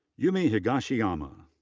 yumi higashiyama.